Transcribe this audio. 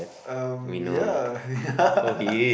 um ya ya